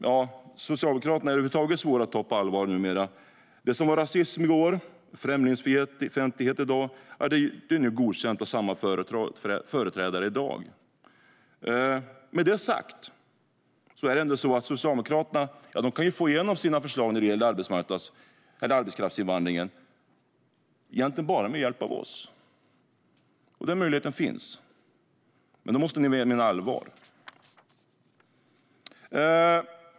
Ja, Socialdemokraterna är över huvud taget svåra att ta på allvar numera. Det som var rasism och främlingsfientlighet i går är godkänt av samma företrädare i dag. Med detta sagt kan Socialdemokraterna få igenom sina förslag när det gäller arbetskraftsinvandringen, men egentligen bara med hjälp av oss. Den möjligheten finns, men då måste ni mena allvar.